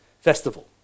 Festival